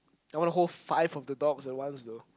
I want to hold five of the dogs at once though